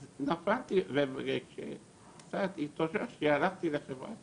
אז נפלתי וכשקצת התאוששתי הלכתי לחברת